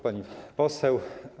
Pani Poseł!